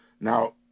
Now